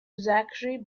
zachary